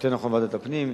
יותר נכון ועדת הפנים,